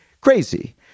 crazy